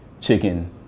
chicken